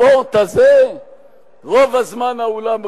בספורט הזה רוב הזמן האולם ריק.